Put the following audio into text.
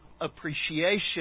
appreciation